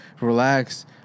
relax